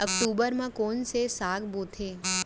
अक्टूबर मा कोन से साग बोथे?